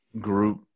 group